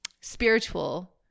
spiritual